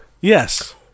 Yes